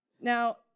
Now